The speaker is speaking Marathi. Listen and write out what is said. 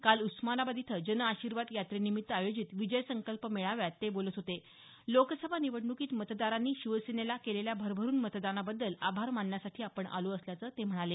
काल उस्मानाबाद इथं जनआशीर्वाद यात्रेनिमित्त आयोजित विजय संकल्प मेळाव्यात ते बोलत होते लोकसभा निवडणूकीत मतदारांनी शिवसेनेला केलेल्या भरभरून मतदानाबद्दल आभार मानण्यासाठी आपण आलो असल्याचं ते म्हणाले